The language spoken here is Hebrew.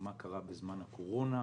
מה קרה בזמן הקורונה,